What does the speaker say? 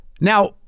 Now